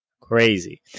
Crazy